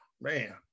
Man